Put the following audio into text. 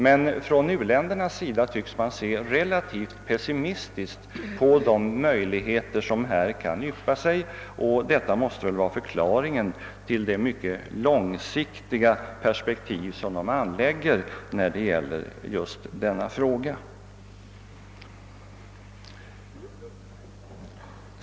Men från u-ländernas sida tycks man se relativt pessimistiskt på de möjligheter som här kan yppa sig, och detta måste väl vara förklaringen till de mycket långsiktiga perspektiv som de anlägger på denna fråga.